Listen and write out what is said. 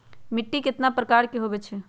मिट्टी कतना प्रकार के होवैछे?